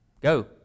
Go